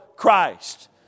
Christ